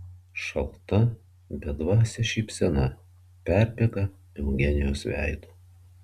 šalta bedvasė šypsena perbėga eugenijos veidu